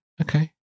Okay